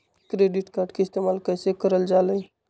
Credit card के इस्तेमाल कईसे करल जा लई?